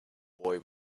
boy